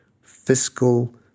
fiscal